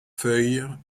feuille